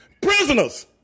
prisoners